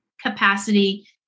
capacity